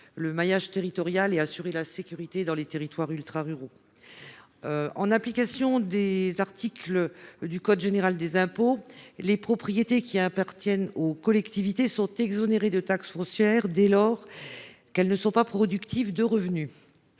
un maillage territorial fin et garantir la sécurité des territoires ultraruraux. En application des dispositions du code général des impôts, les propriétés qui appartiennent aux collectivités font l’objet d’une exonération de taxe foncière dès lors qu’elles ne sont pas productives de revenus.